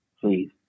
Please